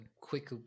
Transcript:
quick